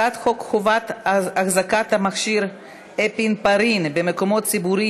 להעביר את הצעת חוק חובת החזקת תכשיר אפינפרין במקומות ציבוריים,